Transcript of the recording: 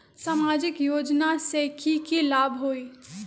सामाजिक योजना से की की लाभ होई?